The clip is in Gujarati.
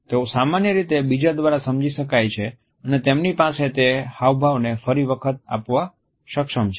તેઓ સામાન્ય રીતે બીજા દ્વારા સમજી શકાય છે અને તેમની પાસે તે હાવભાવને ફરી વખત આપવા સક્ષ્મ છે